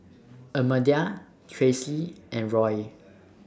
Almedia Traci and Roy